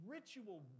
Ritual